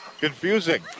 confusing